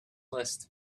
list